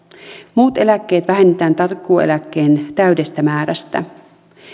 muut eläkkeet vähennetään takuueläkkeen täydestä määrästä